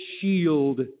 shield